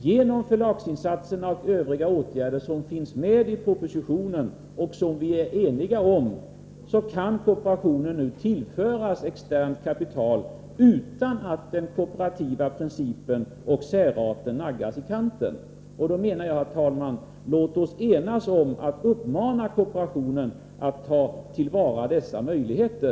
Genom förlagsinsatserna och de övriga åtgärder som finns med i pröpositionen och som vi är eniga om kan kooperationen nu tillföras externt kapital, utan att den kooperativa principen och särarten naggas i kanten. Herr talman! Låt oss enas om en uppmäning till kooperationen att ta till vara dessa möjligheter!